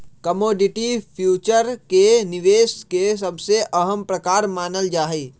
commodity future के निवेश के सबसे अहम प्रकार मानल जाहई